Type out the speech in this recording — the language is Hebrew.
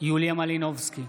יוליה מלינובסקי,